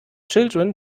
children